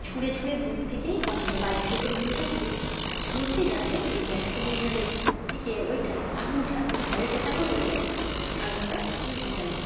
ছুঁড়ে ছুঁড়ে দূর থেকেই বা মানে বালতিতে করে নিয়ে যাচ্ছি আর ছুঁড়ছি যাতে ওই গ্যাস সিলেন্ডারের থেকে ওইটা আগুনটা মানে বালিটা চাপা পড়ে গেলে আগুনটা নিভে যাবে